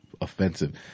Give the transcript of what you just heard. Offensive